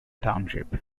township